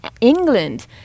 England